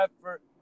effort